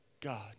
God